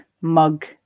mug